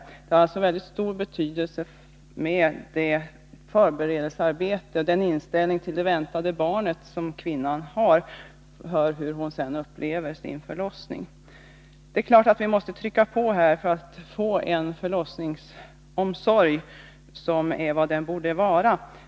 Detta förberedelsearbete och den inställning till det väntade barnet som kvinnan har är alltså av stor betydelse för hur hon sedan upplever sin förlossning. Det är klart att vi måste trycka på för att få en förlossningsomsorg som är vad den borde vara.